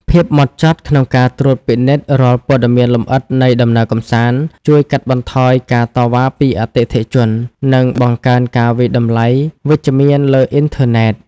ភាពហ្មត់ចត់ក្នុងការត្រួតពិនិត្យរាល់ព័ត៌មានលម្អិតនៃដំណើរកម្សាន្ត ជួយកាត់បន្ថយការតវ៉ាពីអតិថិជន និងបង្កើនការវាយតម្លៃវិជ្ជមានលើអ៊ីនធឺណិត។